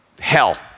hell